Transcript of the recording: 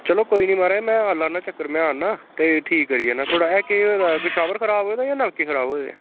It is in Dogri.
चलो कोई निं म्हाराज में आना लाना चक्कर में आना ते ठीक करी जन्ना थोआड़ा ऐ केह् होए दा कोई शावर खराब होए दा जां नलके खराब होए दे